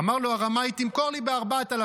אמר לו הרמאי: תמכור לי ב-4,000.